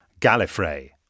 Gallifrey